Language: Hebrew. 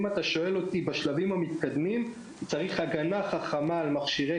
בשלבים המתקדמים צריך הגנה חכמה על מכשירי